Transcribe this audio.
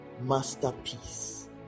masterpiece